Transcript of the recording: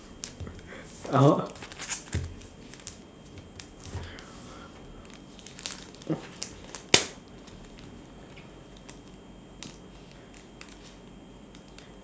oh